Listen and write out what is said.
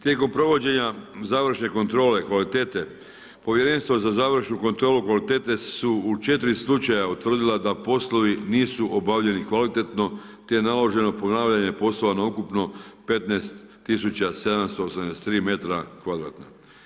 Tijekom provođenja završne kontrole kvalitete, Povjerenstvo za završnu kontrolu kvalitete su u 4 slučaja utvrdila da poslovi nisu obavljeni kvalitetno, te je naloženo ponavljanje poslova na ukupno 15 tisuća 783 metra kvadratna.